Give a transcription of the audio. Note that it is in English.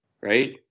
right